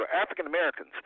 African-Americans